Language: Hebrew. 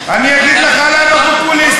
אני אגיד לך למה פופוליסטי,